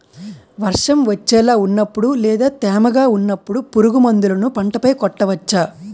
వర్షం వచ్చేలా వున్నపుడు లేదా తేమగా వున్నపుడు పురుగు మందులను పంట పై కొట్టవచ్చ?